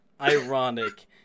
Ironic